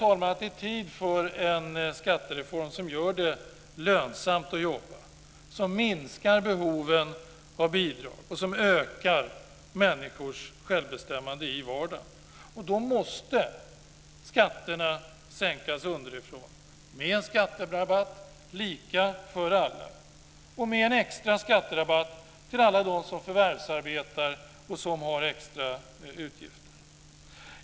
Jag menar att det är tid för en skattereform som gör det lönsamt att jobba, som minskar behoven av bidrag och som ökar människors självbestämmande i vardagen. Då måste skatterna sänkas underifrån med en skatterabatt lika för alla och med en extra skatterabatt till alla dem som förvärvsarbetar och som har extra utgifter.